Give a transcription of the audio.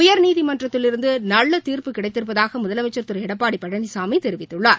உயர்நீதிமன்றத்திலிருந்து நல்ல தீர்ப்பு கிடைத்திருப்பதாக முதலமைச்சர் திரு எடப்பாடி பழனிசாமி தெரிவித்துள்ளார்